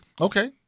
Okay